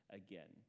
again